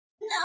No